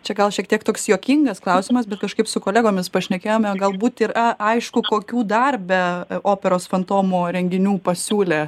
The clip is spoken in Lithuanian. čia gal šiek tiek toks juokingas klausimas bet kažkaip su kolegomis pašnekėjome galbūt yra aišku kokių dar be operos fantomo renginių pasiūlė